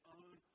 own